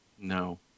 no